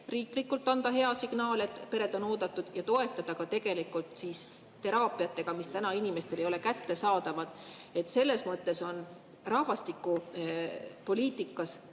riiklikult anda hea signaal, et pered on oodatud; ja toetada ka teraapiatega, mis täna inimestele ei ole kättesaadavad. Selles mõttes on rahvastikupoliitikas